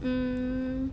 mm